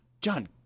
John